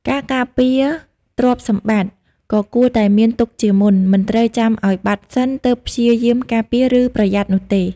ការការពារទ្រព្យសម្បត្តិក៏គួរតែមានទុកជាមុន មិនត្រូវចាំឱ្យបាត់សិនទើបព្យាយាមការពារ ឬប្រយ័ត្ននោះទេ។